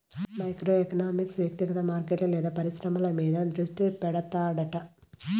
micro economics వ్యక్తిగత మార్కెట్లు లేదా పరిశ్రమల మీద దృష్టి పెడతాడట